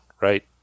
right